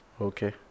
Okay